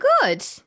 good